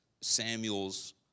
Samuel's